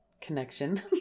connection